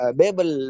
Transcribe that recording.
babel